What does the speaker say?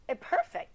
Perfect